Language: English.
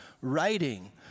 writing